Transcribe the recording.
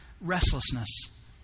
restlessness